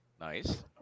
Nice